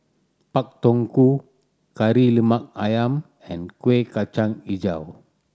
Pak Thong Ko Kari Lemak Ayam and Kueh Kacang Hijau